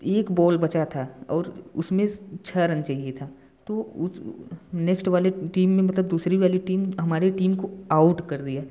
एक बॉल बचा था और उसमें छः रन चाहिए था तो नेक्स्ट वाली टीम में मतलब दूसरी वाली टीम हमारी टीम को आउट कर दिया